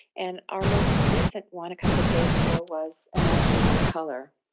and our most recent one, a couple of days ago, was imagining in colour.